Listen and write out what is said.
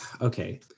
okay